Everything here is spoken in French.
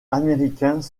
américains